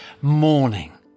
morning